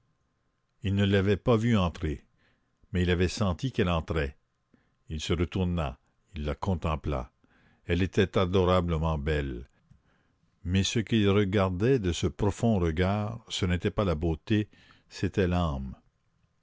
il ne l'avait pas vue entrer mais il avait senti qu'elle entrait il se retourna il la contempla elle était adorablement belle mais ce qu'il regardait de ce profond regard ce n'était pas la beauté c'était l'âme